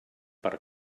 per